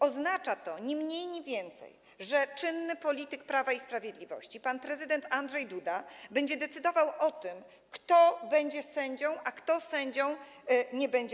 Oznacza to ni mniej, ni więcej, że czynny polityk Prawa i Sprawiedliwości pan prezydent Andrzej Duda będzie decydował o tym, kto w Polsce będzie sędzią, a kto sędzią nie będzie.